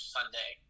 Sunday